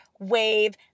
wave